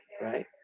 Right